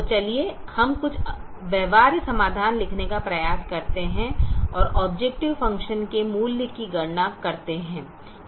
तो चलिए हम कुछ व्यवहार्य समाधान लिखने का प्रयास करते हैं और ऑबजेकटिव फ़ंक्शन के मूल्य की गणना करते हैं